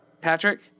Patrick